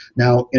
now,